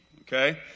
okay